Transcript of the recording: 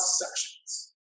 sections